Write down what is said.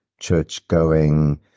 church-going